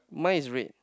mine is red